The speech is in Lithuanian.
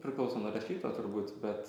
priklauso nuo rašytojo turbūt bet